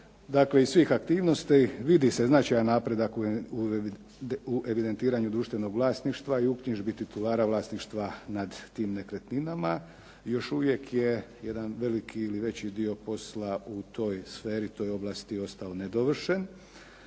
Dakle, iz svih aktivnosti vidi se značajan napredak u evidentiranju društvenog vlasništva i uknjižbi titulara vlasništva nad tim nekretninama. Još uvije je jedan veći ili veliki dio posla u toj sferi u toj ovlasti ostao nedovršen.